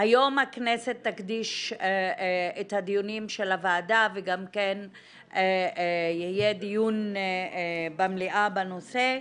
היום הכנסת תקדיש את הדיונים של הוועדה וגם יהיה דיון במליאה בנושא.